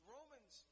Romans